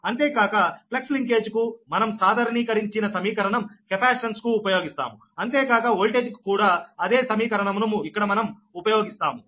అంతేకాక flux linkage కు మనం సాధారణీకరించి న సమీకరణం కెపాసిటెన్స్ కు ఉపయోగిస్తాము అంతేకాక ఓల్టేజ్ కి కూడా అదే సమీకరణము ను ఇక్కడ మనం ఉపయోగిస్తాము